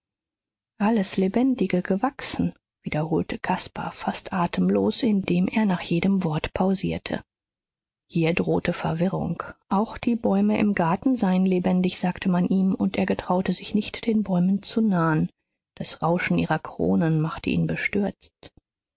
alles lebendige gewachsen wiederholte caspar fast atemlos indem er nach jedem wort pausierte hier drohte verwirrung auch die bäume im garten seien lebendig sagte man ihm und er getraute sich nicht den bäumen zu nahen das rauschen ihrer kronen machte ihn bestürzt